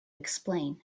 explain